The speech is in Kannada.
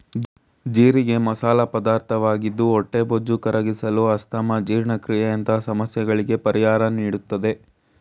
ಜೀರಿಗೆ ಮಸಾಲ ಪದಾರ್ಥವಾಗಿದ್ದು ಹೊಟ್ಟೆಬೊಜ್ಜು ಕರಗಿಸಲು, ಅಸ್ತಮಾ, ಜೀರ್ಣಕ್ರಿಯೆಯಂತ ಸಮಸ್ಯೆಗಳಿಗೆ ಪರಿಹಾರ ನೀಡುತ್ತದೆ